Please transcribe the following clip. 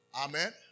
Amen